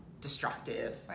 destructive